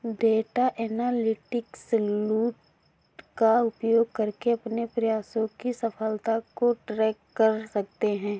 data analytics tool का उपयोग करके अपने प्रयासों की सफलता को ट्रैक कर सकते है